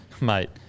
Mate